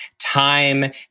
time